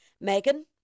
Megan